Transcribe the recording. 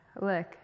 Look